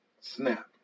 Snap